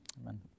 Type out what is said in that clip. Amen